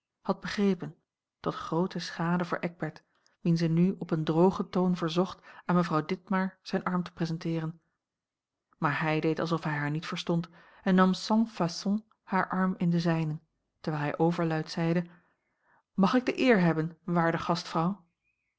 had begrepen tot groote schade voor eckbert wien ze nu op een drogen toon verzocht aan mevrouw ditmar zijn arm te presenteeren maar hij deed alsof hij haar niet verstond en nam sans façon haar arm in den zijnen terwijl hij overluid zeide mag ik de eer hebben waarde gastvrouw